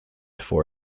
for